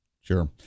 Sure